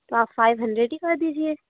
तो आप five hundred ही कर दीजिए